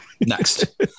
Next